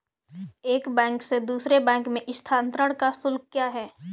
एक बैंक से दूसरे बैंक में स्थानांतरण का शुल्क क्या है?